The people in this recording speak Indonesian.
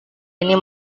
ini